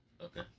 Okay